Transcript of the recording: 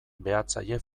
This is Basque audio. behatzaile